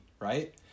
right